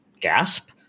gasp